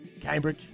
Cambridge